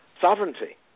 sovereignty